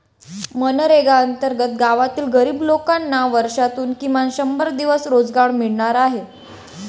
मनरेगा अंतर्गत गावातील गरीब लोकांना वर्षातून किमान शंभर दिवस रोजगार मिळणार आहे